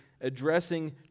addressing